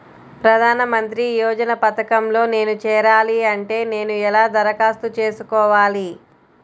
ప్రధాన మంత్రి యోజన పథకంలో నేను చేరాలి అంటే నేను ఎలా దరఖాస్తు చేసుకోవాలి?